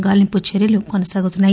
గాలింపు చర్యలు కొనసాగుతున్నాయి